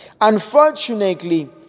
Unfortunately